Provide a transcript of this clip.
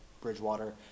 Bridgewater